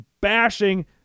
bashing